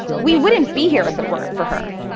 we wouldn't be here if it weren't for her.